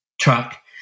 truck